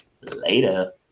later